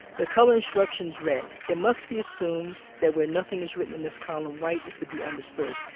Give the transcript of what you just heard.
the color instructions read, it must be assumed that where nothing is written in this column white is to be understood.